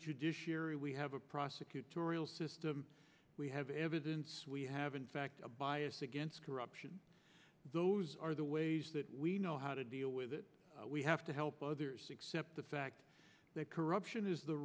judiciary we have a prosecutorial system we have evidence we have in fact a bias against corruption those are the ways that we know how to deal with it we have to help others accept the fact that corruption is the